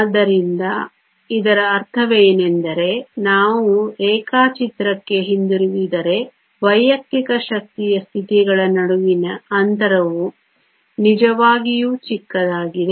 ಆದ್ದರಿಂದ ಇದರ ಅರ್ಥವೇನೆಂದರೆ ನಾವು ರೇಖಾಚಿತ್ರಕ್ಕೆ ಹಿಂತಿರುಗಿದರೆ ವೈಯಕ್ತಿಕ ಶಕ್ತಿಯ ಸ್ಥಿತಿಗಳ ನಡುವಿನ ಅಂತರವು ನಿಜವಾಗಿಯೂ ಚಿಕ್ಕದಾಗಿದೆ